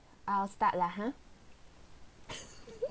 I'll start lah !huh!